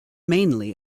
mainly